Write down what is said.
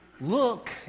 look